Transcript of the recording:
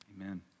Amen